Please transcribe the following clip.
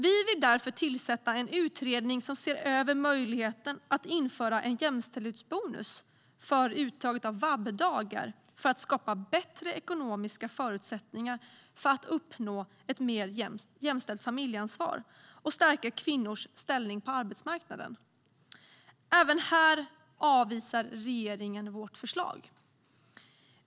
Vi vill därför tillsätta en utredning som ser över möjligheten att införa en jämställdhetsbonus för uttaget av vab-dagar för att skapa bättre ekonomiska förutsättningar att uppnå ett mer jämställt familjeansvar och stärka kvinnors ställning på arbetsmarknaden. Även här avvisar regeringen vårt förslag.